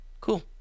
cool